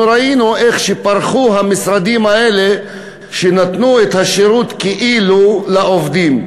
אנחנו ראינו איך פרחו המשרדים האלה שנתנו את השירות כאילו לעובדים,